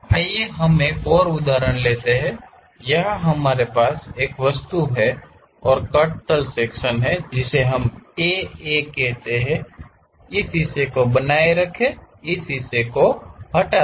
आइए हम एक और उदाहरण लेते हैं यहां हमारे पास एक वस्तु है और कट तल सेक्शन को हम AA कहते हैं इस हिस्से को बनाए रखें इस हिस्से को हटा दें